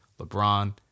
LeBron